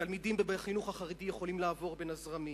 תלמידים בחינוך החרדי יכולים לעבור בין הזרמים.